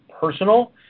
personal